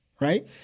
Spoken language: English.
right